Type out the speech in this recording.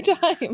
time